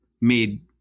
made